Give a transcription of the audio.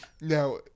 Now